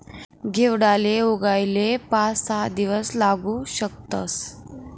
घेवडाले उगाले पाच सहा दिवस लागू शकतस